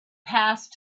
passed